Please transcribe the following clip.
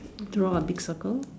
draw a big circle